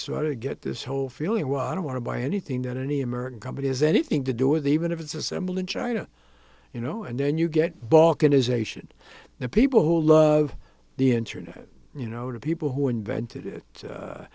start to get this whole feeling well i don't want to buy anything that any american company has anything to do with even if it's assembled in china you know and then you get balkanization the people who love the internet you know to people who invented it